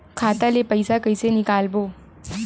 खाता ले पईसा कइसे निकालबो?